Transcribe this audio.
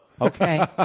Okay